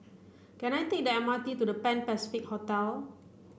can I take the M R T to The Pan Pacific Hotel